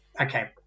okay